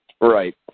Right